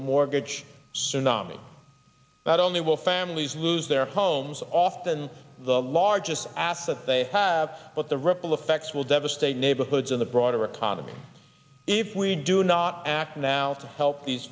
a mortgage tsunami not only will families lose their homes often the largest asset they have but the ripple effects will devastate neighborhoods in the broader economy if we do not act now to help these